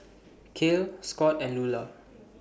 Cael Scott and Lula